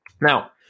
Now